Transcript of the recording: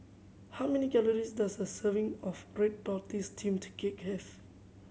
how many calories does a serving of red tortoise steamed cake have